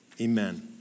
Amen